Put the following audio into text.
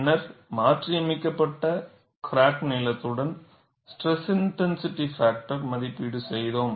பின்னர் மாற்றியமைக்கப்பட்ட கிராக் நீளத்துடன் ஸ்ட்ரெஸ் இன்டென்சிட்டி பாக்டர்யை மதிப்பீடு செய்தோம்